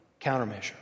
countermeasure